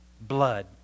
Blood